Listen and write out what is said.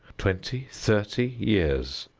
twenty, thirty years,